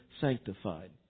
sanctified